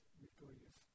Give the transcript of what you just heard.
victorious